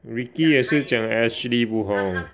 Ricky 也是讲 Ashley 不好